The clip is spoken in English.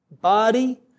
body